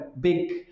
big